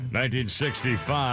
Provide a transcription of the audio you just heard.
1965